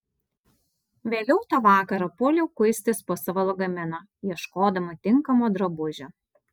vėliau tą vakarą puoliau kuistis po savo lagaminą ieškodama tinkamo drabužio